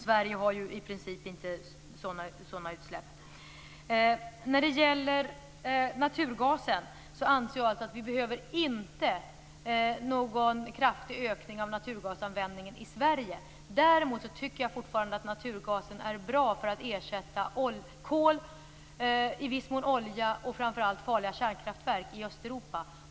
Sverige har ju i princip inga sådana utsläpp. Sedan gäller det naturgasen. Jag anser inte att vi behöver någon kraftig ökning av naturgasen i Sverige. Däremot tycker jag fortfarande att naturgasen är bra för att ersätta kol, i viss mån olja och framför allt farliga kärnkraftverk i Östeuropa.